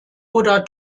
oder